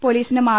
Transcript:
പൊലീസിനും R